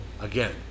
Again